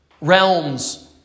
realms